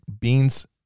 beans